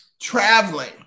traveling